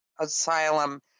asylum